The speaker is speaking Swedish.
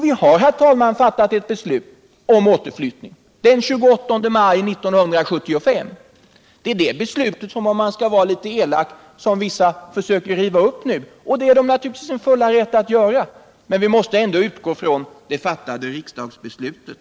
Vi har, herr talman, fattat ett beslut om återflyttning — den 28 maj 1975. Det är det beslutet som - om man skall vara litet elak — vissa nu försöker riva upp. Det är de naturligtvis i sin fulla rätt att göra, men vi måste ändå utgå från de fattade riksdagsbesluten.